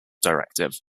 directive